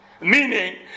Meaning